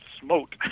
smoked